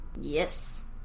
Yes